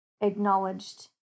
acknowledged